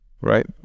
right